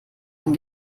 ein